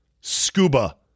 scuba